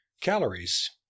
calories